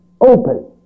open